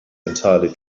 entirely